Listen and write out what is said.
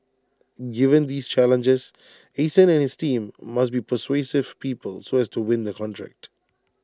given these challenges Eason and his team must be persuasive people so as to win the contract